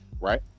right